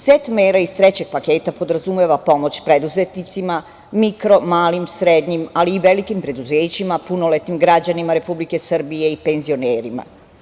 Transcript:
Set mera iz trećeg paketa podrazumeva pomoć preduzetnicima, mikro, malim, srednjim, ali i velikim preduzećima, punoletnim građanima Republike Srbije i penzionerima.